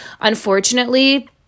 unfortunately